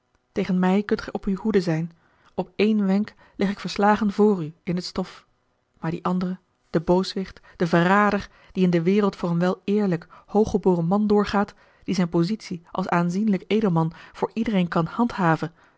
kunt gij op uwe hoede zijn op één wenk lig ik verslagen voor u in het stof maar die andere de booswicht de verrader die in de wereld voor een wel eerlijk hooggeboren man doorgaat die zijne positie als aanzienlijk edelman voor iedereen kan handhaven